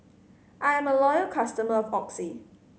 I'm a loyal customer of Oxy